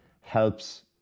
helps